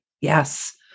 Yes